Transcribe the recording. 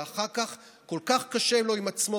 ואחר כך כל כך קשה לו עם עצמו.